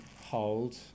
Hold